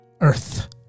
Earth